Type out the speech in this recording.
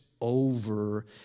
over